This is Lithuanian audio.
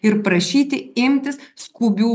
ir prašyti imtis skubių